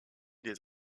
des